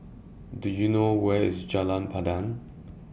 Do YOU know Where IS Jalan Pandan